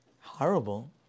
Horrible